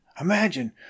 Imagine